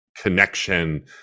connection